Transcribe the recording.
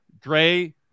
Dre